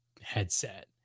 headset